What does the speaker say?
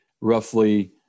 roughly